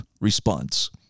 response